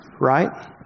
right